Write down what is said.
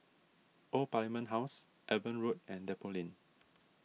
Old Parliament House Eben Road and Depot Lane